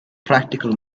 practical